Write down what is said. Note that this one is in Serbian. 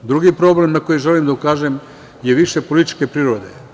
Drugi problem na koji želim da ukažem je više političke prirode.